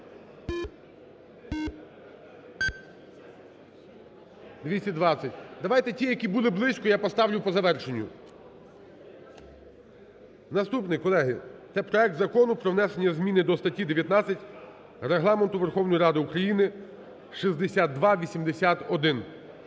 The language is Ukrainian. За-220 Давайте ті, які були близько, я поставлю по завершенню. Наступний, колеги. Це проект Закону про внесення зміни до статті 19 Регламенту Верховної Ради України (6281),